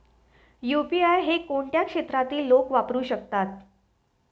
UPI हे कोणत्या क्षेत्रातील लोक वापरू शकतात?